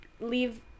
Leave